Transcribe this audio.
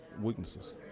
weaknesses